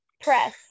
Press